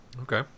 okay